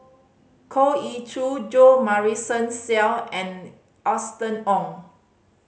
Goh Ee Choo Jo Marion Seow and Austen Ong